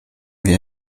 wir